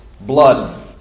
blood